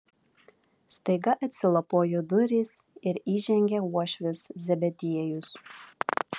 staiga atsilapojo durys ir įžengė uošvis zebediejus